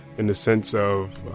in the sense of,